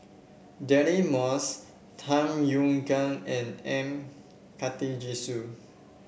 Deirdre Moss Tham Yui Kai and M Karthigesu